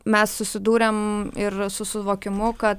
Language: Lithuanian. mes susidūrėm ir su suvokimu kad